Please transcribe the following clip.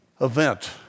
event